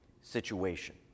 situation